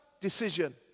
Decision